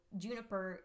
juniper